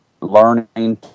learning